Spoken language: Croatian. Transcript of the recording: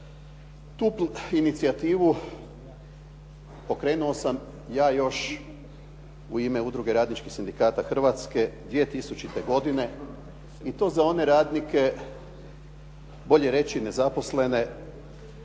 Tu inicijativu pokrenuo sam ja još u ime Udruge radničkih sindikata Hrvatske 2000. godine i to za one radnike, bolje reći nezaposlene